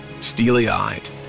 Steely-eyed